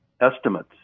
estimates